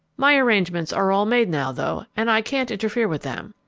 my arrangements are all made now, though, and i can't interfere with them.